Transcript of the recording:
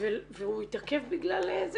והוא יתעכב בגלל זה.